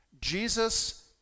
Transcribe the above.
Jesus